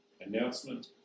Announcement